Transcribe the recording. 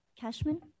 Cashman